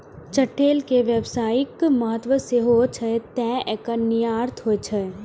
चठैल के व्यावसायिक महत्व सेहो छै, तें एकर निर्यात होइ छै